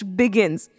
begins